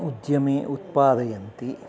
उद्यमे उत्पादयन्ति